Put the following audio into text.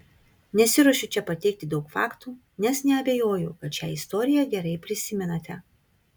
nesiruošiu čia pateikti daug faktų nes neabejoju kad šią istoriją gerai prisimenate